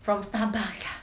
from Starbucks